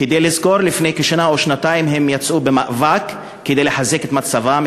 כדאי לזכור שלפני שנה או שנתיים הם יצאו במאבק כדי לחזק את מעמדם,